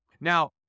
Now